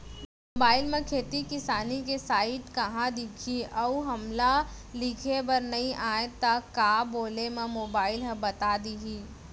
Mobile म खेती किसानी के साइट कहाँ दिखही अऊ हमला लिखेबर नई आय त का बोले म मोबाइल ह बता दिही?